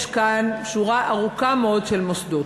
יש כאן שורה ארוכה מאוד של מוסדות.